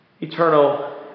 eternal